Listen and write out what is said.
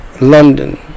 London